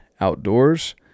Outdoors